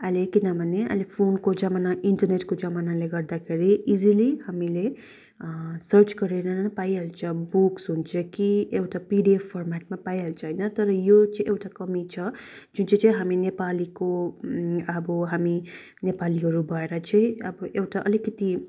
अहिले किनभने अहिले फोनको जमाना इन्टरनेटको जमानाले गर्दाखेरि इजिली हामीले सर्च गरेर पाइहाल्छ बुक्स हुन्छ कि एउटा पिडिएफ फर्मेटमा पाइहाल्छ होइन तर यो चाहिँ एउटा कमी छ जुन चाहिँ चाहिँ हामी नेपालीको अब हामी नेपालीहरू भएर चाहिँ अब एउटा अलिकति